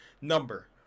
number